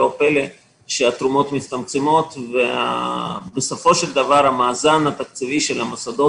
לא פלא שהתרומות מצטמצמות ובסופו של דבר המאזן התקציבי של המוסדות